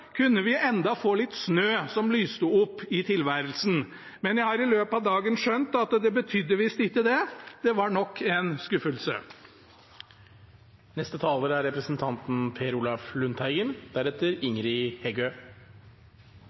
Kunne vi enda få litt snø som lyste opp i tilværelsen. Men jeg har i løpet av dagen skjønt at det betød visst ikke det, det var nok en skuffelse.